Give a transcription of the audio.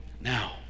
now